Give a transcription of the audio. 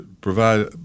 provide